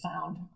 found